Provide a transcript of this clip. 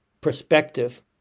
perspective